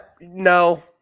no